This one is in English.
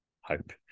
hope